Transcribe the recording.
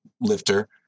lifter